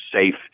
safe